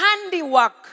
handiwork